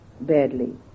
badly